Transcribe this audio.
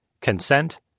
consent